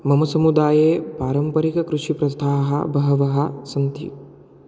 मम समुदाये पारम्परिककृषिप्रस्थाः बहवः सन्ति